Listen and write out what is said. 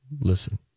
listen